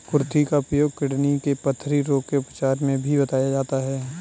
कुर्थी का उपयोग किडनी के पथरी रोग के उपचार में भी बताया जाता है